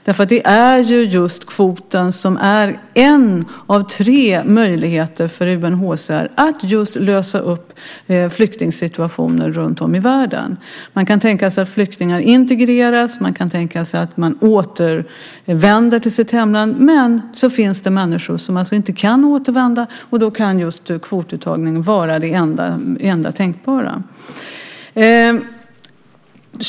Det är ju just kvoten som är en av tre möjligheter för UNHCR att lösa upp flyktingsituationer runtom i världen. Man kan tänka sig att flyktingar integreras, man kan tänka sig att de återvänder till sitt hemland, men det finns människor som inte kan återvända. Då kan kvotuttagningen vara det enda tänkbara.